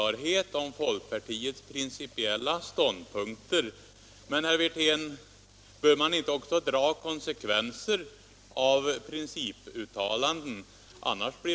mellan stat och